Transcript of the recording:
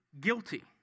guilty